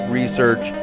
research